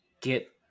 get